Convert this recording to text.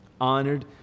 Honored